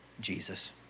Jesus